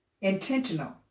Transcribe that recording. intentional